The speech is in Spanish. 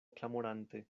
clamorante